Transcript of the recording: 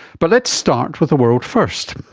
but let's start with a world-first,